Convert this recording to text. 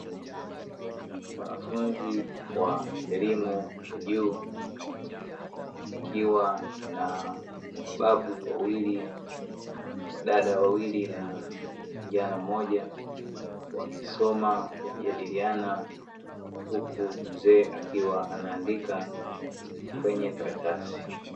Wanafunzi wa elimu ya juu wakiwa na wababu wawili, wadada wawili na kijana mmoja, wakisoma, kujadiliana huku mzee akiwa anaandika kwenye karatasi.